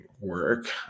work